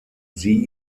sie